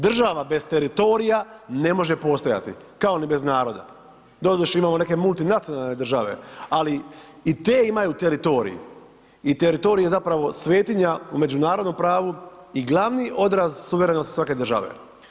Država bez teritorija ne može postojati, kao ni bez naroda, doduše, imamo neke multinacionalne države, ali i te imaju teritorij i teritorij je zapravo svetinja u međunarodnom pravu i glavni odraz suverenosti svake države.